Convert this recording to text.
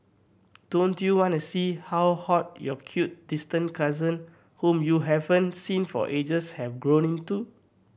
don't you wanna see how hot your cute distant cousin whom you haven't seen for ages have grown into